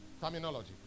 terminology